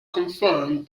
confirmed